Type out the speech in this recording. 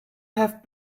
have